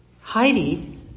Heidi